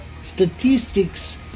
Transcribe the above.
statistics